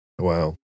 Wow